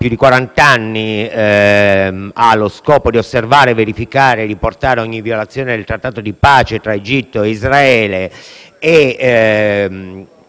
più di quarant'anni essa ha lo scopo di osservare, verificare e riportare ogni violazione del Trattato di pace tra Egitto e Israele,